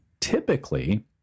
typically